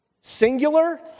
singular